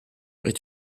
est